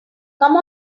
come